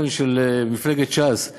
אבל כל הדוח מצביע ומציין שלושה